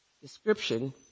description